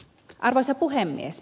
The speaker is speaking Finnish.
arvoisa puhemies